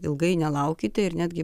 ilgai nelaukite ir netgi